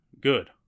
good